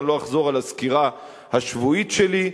ואני לא אחזור על הסקירה השבועית שלי,